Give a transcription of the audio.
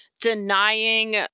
denying